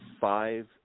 five